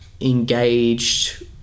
engaged